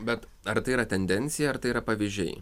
bet ar tai yra tendencija ar tai yra pavyzdžiai